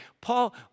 Paul